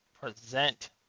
present